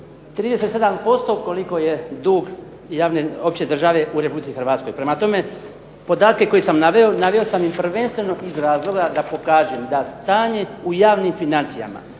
37% koliko je dug javne opće države u Republici Hrvatskoj. Prema tome, podatke koje sam naveo naveo sam ih prvenstveno iz razloga da pokažem da stanje u javnim financijama